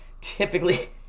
typically